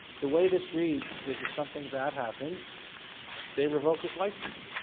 the way this reads is if something bad happens they revoke his license.